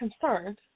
concerned